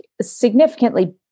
significantly